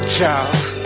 Charles